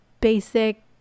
basic